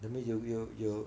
that means you will you